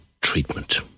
treatment